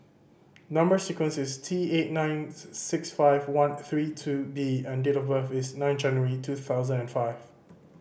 number sequence is T eight nine six five one three two B and date of birth is nine January two thousand and five